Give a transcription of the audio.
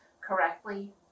correctly